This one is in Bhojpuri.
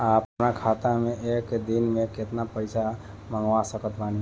अपना खाता मे एक दिन मे केतना पईसा मँगवा सकत बानी?